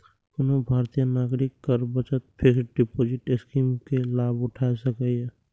कोनो भारतीय नागरिक कर बचत फिक्स्ड डिपोजिट स्कीम के लाभ उठा सकैए